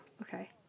Okay